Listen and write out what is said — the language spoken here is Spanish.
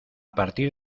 partir